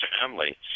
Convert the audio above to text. family